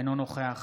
אינו נוכח